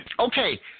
Okay